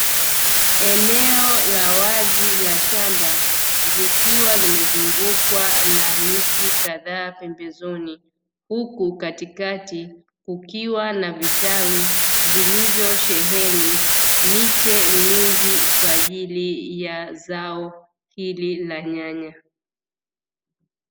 Eneo la wazi la shamba likiwa limezungukwa na miti kadhaa pembezoni, huku katikati kukiwa na vitalu vilivyosheheni miche mingi kwa ajili ya zao hili la nyanya.